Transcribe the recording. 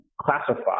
classify